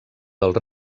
dels